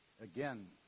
Again